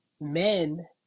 men